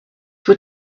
were